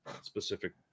specific